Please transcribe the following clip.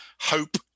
hope